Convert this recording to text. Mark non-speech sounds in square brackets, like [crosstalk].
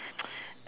[noise]